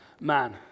man